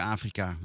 Afrika